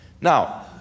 Now